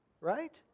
Right